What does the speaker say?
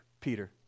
Peter